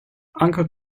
uncle